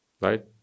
right